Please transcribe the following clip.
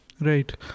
Right